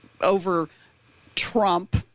over-Trump